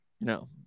No